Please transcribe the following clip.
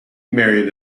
married